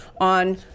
on